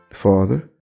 Father